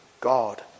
God